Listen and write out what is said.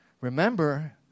Remember